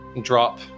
drop